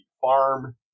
farm